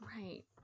right